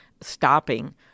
stopping